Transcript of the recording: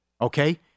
Okay